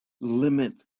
limit